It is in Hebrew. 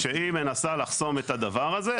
שהיא מנסה לחסום את הדבר הזה.